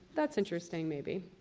that's interesting, maybe.